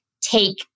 take